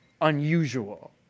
unusual